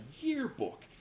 yearbook